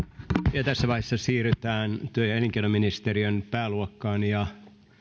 ja tässä vaiheessa siirrytään työ ja elinkeinoministeriön pääluokkaan